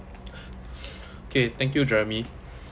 okay thank you jeremy